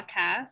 podcast